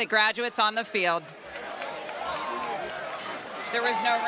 the graduates on the field there was